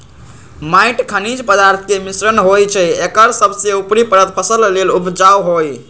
माटी खनिज पदार्थ के मिश्रण होइ छइ एकर सबसे उपरी परत फसल लेल उपजाऊ होहइ